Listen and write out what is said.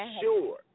sure